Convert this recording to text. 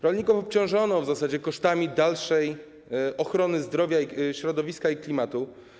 Rolników obciążono w zasadzie kosztami dalszej ochrony zdrowia, środowiska i klimatu.